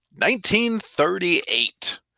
1938